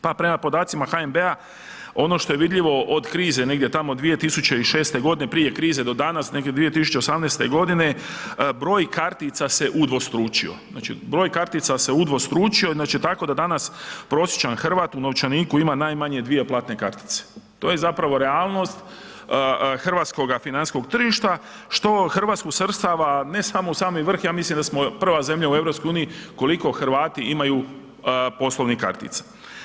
Pa prema podacima HNB-a ono što je vidljivo od krize negdje tamo 2006. godine prije krize do danas negdje 2018. godine broj kartica se udvostručio, znači broj kartica se udvostručio znači tako da danas prosječan Hrvat u novčaniku ima najmanje dvije platne kartice, to je zapravo realnost hrvatskoga financijskog tržišta što RH svrstava ne samo u sami vrh, ja mislim da smo prva zemlja u EU koliko Hrvati imaju poslovnih kartica.